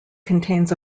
contains